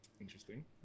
interesting